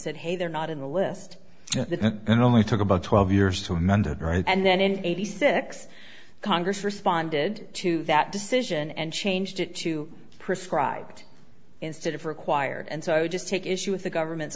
said hey they're not in the list and only took about twelve years to amend it right and then in eighty six congress responded to that decision and changed it to prescribe it instead of required and so i would just take issue with the government's